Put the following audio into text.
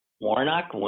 Warnock